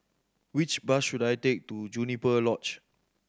which bus should I take to Juniper Lodge